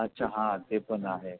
अच्छा हां ते पण आहे